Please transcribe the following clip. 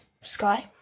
Sky